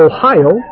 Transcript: Ohio